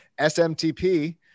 SMTP